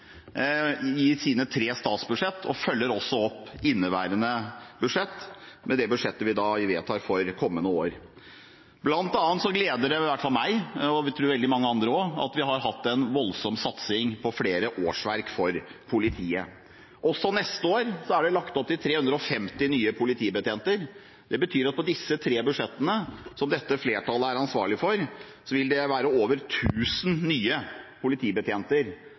i sine tre statsbudsjett – og følger opp inneværende års budsjett med budsjettet vi vedtar for kommende år. Det gleder i hvert fall meg, og jeg tror også veldig mange andre, at vi har hatt en voldsom satsing for å få flere årsverk i politiet. Også for neste år er det lagt opp til 350 nye politibetjenter. Det vil si at med de tre budsjettene som dette flertallet er ansvarlig for, vil det være over 1 000 nye politibetjenter